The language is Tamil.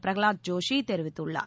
பிரகலாத் ஜோஷி தெரிவித்துள்ளார்